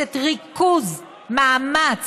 שדורשת ריכוז, מאמץ,